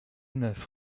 neuf